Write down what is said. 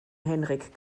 henrik